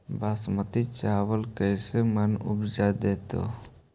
बासमती चावल कैसे मन उपज देतै?